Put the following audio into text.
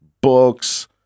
books